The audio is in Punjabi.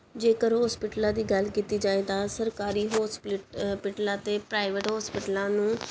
ਜੇਕਰ ਹੋਸਪੀਟਲਾਂ ਦੀ ਗੱਲ ਕੀਤੀ ਜਾਏ ਤਾਂ ਸਰਕਾਰੀ ਹੋਸਪੀਟਲਾਂ 'ਤੇ ਪ੍ਰਾਈਵੇਟ ਹੋਸਪੀਟਲਾਂ ਨੂੰ